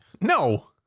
No